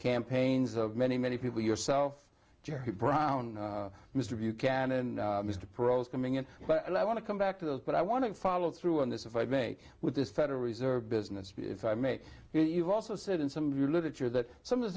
campaigns of many many people yourself jerry brown mr buchanan mr perot's coming in but d i want to come back to those but i want to follow through on this if i make with this federal reserve business if i may you've also said in some of your literature that some of the